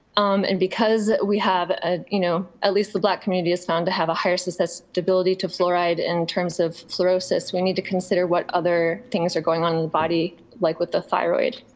and because we have, ah you know at least the black community is found to have a higher succesptability to fluoride in terms of fluorosis. we need to consider what other things are going on in body, like with the thyroid.